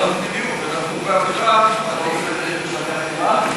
אנחנו באווירה משפחתית.